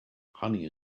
honey